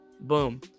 boom